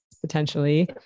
potentially